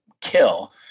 kill